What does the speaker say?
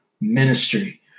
ministry